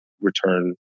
return